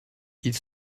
ils